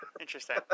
interesting